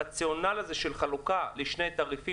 הרציונל של חלוקה לשני תעריפים